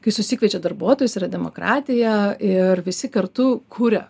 kai susikviečia darbuotojus yra demokratija ir visi kartu kuria